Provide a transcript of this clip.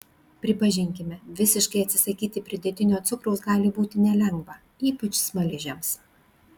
pripažinkime visiškai atsisakyti pridėtinio cukraus gali būti nelengva ypač smaližiams